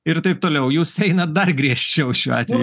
ir taip toliau jūs einat dar griežčiau šiuo atveju